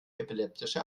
epileptische